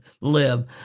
live